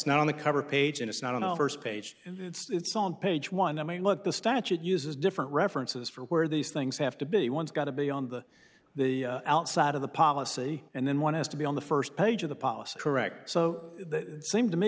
not on the cover page and it's not on our first page it's on page one i mean look the statute uses different references for where these things have to be one's got to be on the the outside of the policy and then one has to be on the first page of the policy correct so the same to me